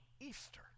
Easter